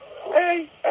hey